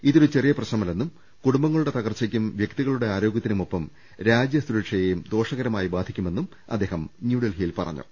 ഇതൊരു ചെറിയ പ്രശ്നമല്ലെന്നും കുടുംബ ങ്ങളുടെ തകർച്ചയ്ക്കും വൃക്തികളുടെ ആരോഗൃത്തിനുമൊപ്പം രാ ജ്യസുരക്ഷയെയും ദോഷകരമായി ബാധിക്കുമെന്ന് അദ്ദേഹം ന്യൂ ഡൽഹിയിൽ പറഞ്ഞു